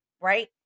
Right